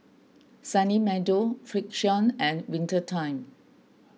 Sunny Meadow Frixion and Winter Time